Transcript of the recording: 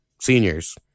seniors